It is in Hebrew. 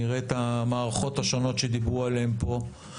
נראה את המערכות השונות שדיברו עליהן פה.